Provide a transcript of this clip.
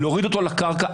להוריד אותו לקרקע.